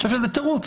אני חושב שזה תירוץ.